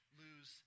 lose